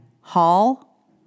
Hall